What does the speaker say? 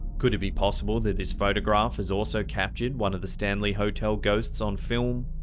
could it be possible that this photograph has also captured one of the stanley hotel ghosts on film?